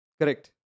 Correct